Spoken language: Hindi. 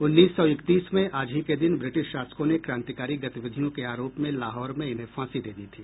उन्नीस सौ इकतीस में आज ही के दिन ब्रिटिश शासकों ने क्रांतिकारी गतिविधियों के आरोप में लाहौर में इन्हें फांसी दे दी थी